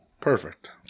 Perfect